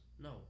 No